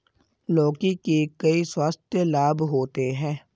लौकी के कई स्वास्थ्य लाभ होते हैं